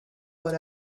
but